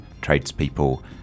Tradespeople